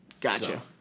Gotcha